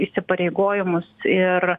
įsipareigojimus ir